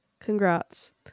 Congrats